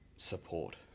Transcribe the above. support